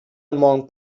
among